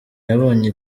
yabonye